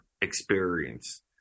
experience